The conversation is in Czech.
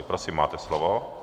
Prosím, máte slovo.